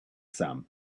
some